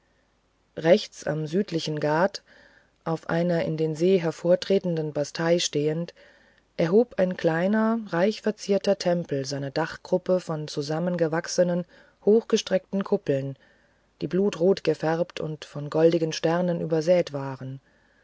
rechts am südlichen ghat auf einer in den see hervortretenden bastei stehend erhob ein kleiner reich verzierter tempel seine dachgruppe von zusammengewachsenen hochgestreckten kuppeln die blutrot gefärbt und mit goldigen sternen übersät waren